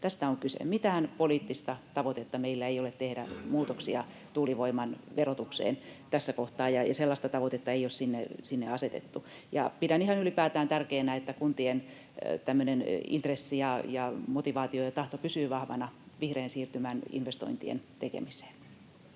Tästä on kyse. Mitään poliittista tavoitetta meillä ei ole tehdä muutoksia tuulivoiman verotukseen tässä kohtaa, ja sellaista tavoitetta ei ole sinne asetettu. Pidän ylipäätään ihan tärkeänä, että kuntien intressi, motivaatio ja tahto pysyvät vahvana vihreän siirtymän investointien tekemiseen.